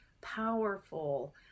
powerful